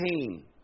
pain